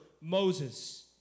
Moses